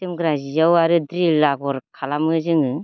जोमग्रा सियाव आरो द्रिल आगर खालामो जोङो